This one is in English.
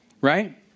Right